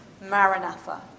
Maranatha